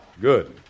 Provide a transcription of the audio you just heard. Good